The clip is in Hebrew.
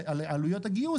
על עלויות הגיוס,